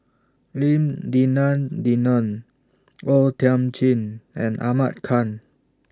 Lim Denan Denon O Thiam Chin and Ahmad Khan